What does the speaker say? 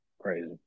Crazy